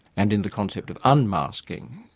and in the concept of unmasking.